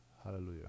Hallelujah